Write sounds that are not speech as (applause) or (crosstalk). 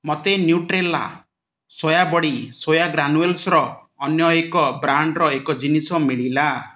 ମୋତେ Nutrela soya ବଡ଼ି soya (unintelligible) ର ଅନ୍ୟ ଏକ ବ୍ରାଣ୍ଡ୍ର ଏକ ଜିନିଷ ମିଳିଲା